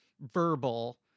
verbal